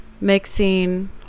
mixing